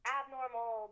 abnormal